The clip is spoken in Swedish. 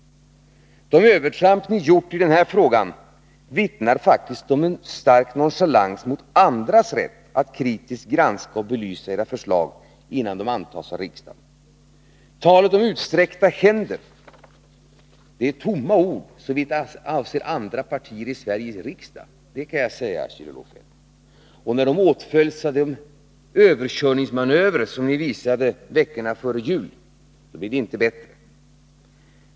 De övertramp ni gjort i denna fråga vittnar faktiskt om en stark nonchalans mot andras rätt att kritiskt granska och belysa era förslag innan de antas av riksdagen. Talet om utsträckta händer är tomma ord, såvitt avser andra partier i Sveriges riksdag. När dessa åtföljs av den överkörningsmanöver som ni visade veckorna före jul, blir det inte bättre.